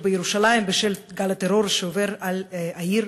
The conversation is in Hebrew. בירושלים בשל גל הטרור שעובר על העיר,